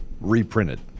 reprinted